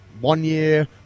one-year